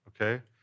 okay